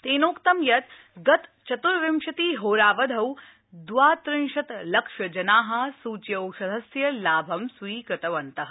तेनोक्त यत् गतचतुर्विंशति होरावधौ द्वात्रिशत् लक्षजनाः सूच्यौषधस्य लाभ स्वीकृतवन्तः